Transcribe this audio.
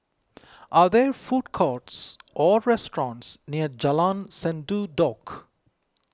are there food courts or restaurants near Jalan Sendudok